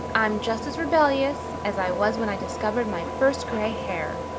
i'm just as rebellious as i was when i discovered my first gray hair.